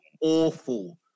awful